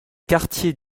quartiers